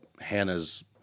Hannah's